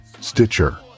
Stitcher